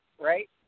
right